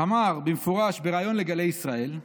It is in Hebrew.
אמר במפורש בריאיון לגלי ישראל,